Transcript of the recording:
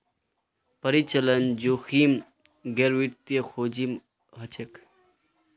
परिचालन जोखिम गैर वित्तीय जोखिम हछेक